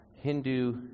Hindu